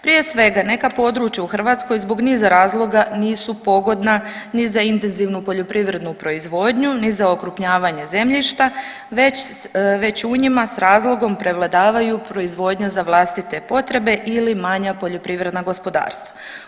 Prije svega neka područja u Hrvatskoj zbog niza razloga nisu pogodna ni za intenzivnu poljoprivrednu proizvodnju, ni za okrupnjavanje zemljišta već u njima s razlogom prevladavaju proizvodanja za vlastite potrebe ili manja poljoprivredna gospodarstva.